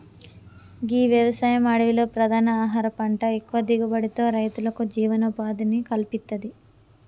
గీ వ్యవసాయం అడవిలో ప్రధాన ఆహార పంట ఎక్కువ దిగుబడితో రైతులకు జీవనోపాధిని కల్పిత్తది